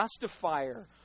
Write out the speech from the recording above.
justifier